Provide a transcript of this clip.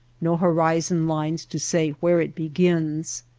no horizon lines to say where it begins.